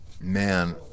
Man